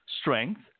strength